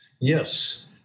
Yes